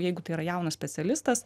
jeigu tai yra jaunas specialistas